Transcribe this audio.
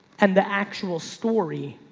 and the actual story